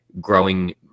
growing